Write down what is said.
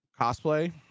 cosplay